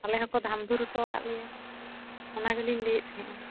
ᱟᱞᱮ ᱦᱚᱸᱠᱚ ᱫᱷᱟᱢ ᱫᱷᱩᱨ ᱦᱚᱴᱚ ᱟᱠᱟᱫ ᱞᱮᱭᱟ ᱚᱱᱟ ᱜᱮᱞᱤᱧ ᱞᱟᱹᱭᱮᱫ ᱛᱟᱦᱮᱸᱫᱼᱟ